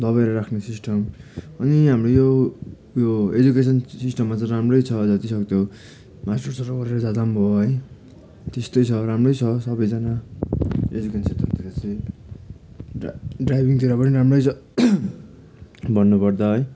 दबाएर राख्ने सिस्टम अनि हाम्रो यो यो एजुकेसन सिस्टममा चाहिँ राम्रो छ जतिसक्दो मास्टर्सहरू गरेर जाँदा पनि भयो है त्यस्तै छ राम्रै छ सबैजना यस एजुकेसन क्षेत्रतिर चाहिँ ड ड्राइभिङतिर नि राम्रै छ भन्नुपर्दा है